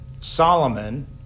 Solomon